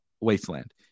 wasteland